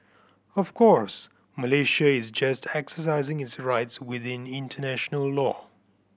of course Malaysia is just exercising its rights within international law